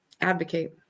advocate